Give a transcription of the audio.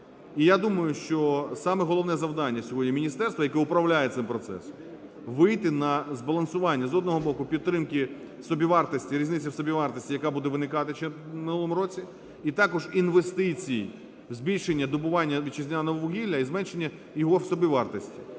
І я думаю, що саме головне завдання сьогодні міністерства, яке управляє цим процесом, вийти на збалансування, з одного боку, підтримки собівартості, різниці у собівартості, яка буде виникати у минулому році, і також інвестиції збільшення добування вітчизняного вугілля і зменшення його собівартості.